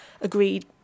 agreed